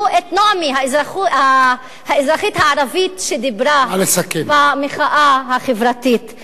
את נעמי האזרחית הערבית שדיברה במחאה החברתית,